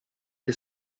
che